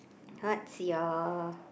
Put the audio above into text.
what's your